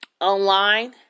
online